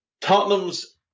Tottenham's